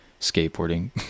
skateboarding